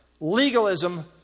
Legalism